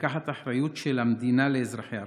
ולקחת אחריות של המדינה לאזרחיה.